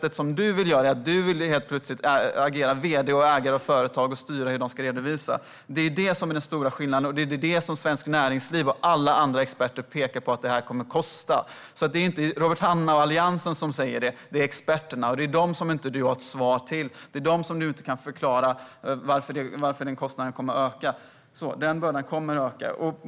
Du vill helt plötsligt agera som vd och ägare av företag och styra hur de ska redovisa. Det är den stora skillnaden. Svenskt Näringsliv och alla andra experter pekar på att det kommer att kosta. Det är inte Robert Hannah och Alliansen som säger det. Det är experterna. Det är dem som du inte har ett svar till, och det är för dem du inte kan förklara varför kostnaden och bördan kommer att öka.